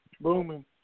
booming